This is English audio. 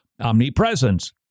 Omnipresence